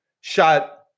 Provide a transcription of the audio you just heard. shot